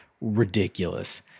ridiculous